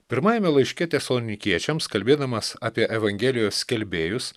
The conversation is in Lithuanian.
pirmajame laiške tesalonikiečiams kalbėdamas apie evangelijos skelbėjus